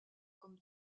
comme